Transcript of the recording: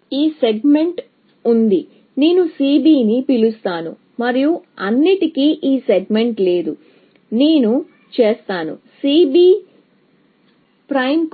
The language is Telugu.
కాబట్టి ఈ సెగ్మెంట్ ఉంది నేను CB ని పిలుస్తాను మరియు అన్నింటికీ ఈ సెగ్మెంట్ లేదు నేను చేస్తాను C'B'